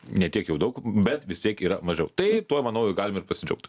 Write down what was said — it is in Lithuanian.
ne tiek jau daug bet vis tiek yra mažiau tai tuo manau ir galim ir pasidžiaugt